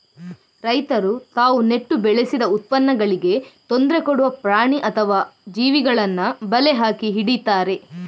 ರೈತರು ತಾವು ನೆಟ್ಟು ಬೆಳೆಸಿದ ಉತ್ಪನ್ನಗಳಿಗೆ ತೊಂದ್ರೆ ಕೊಡುವ ಪ್ರಾಣಿ ಅಥವಾ ಜೀವಿಗಳನ್ನ ಬಲೆ ಹಾಕಿ ಹಿಡೀತಾರೆ